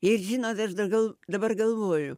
ir žinot aš daugiau dabar galvoju